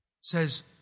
says